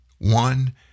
one